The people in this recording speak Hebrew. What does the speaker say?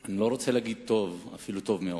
אני לא רוצה להגיד טוב, אפילו טוב מאוד.